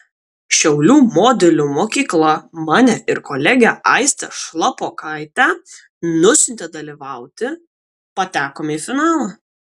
šiaulių modelių mokykla mane ir kolegę aistę šlapokaitę nusiuntė dalyvauti patekome į finalą